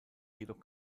jedoch